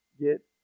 get